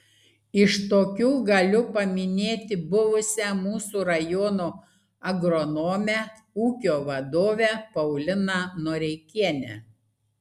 iš tokių galiu paminėti buvusią mūsų rajono agronomę ūkio vadovę pauliną noreikienę